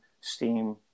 Steam